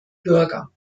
bürger